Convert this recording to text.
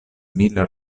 mil